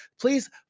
Please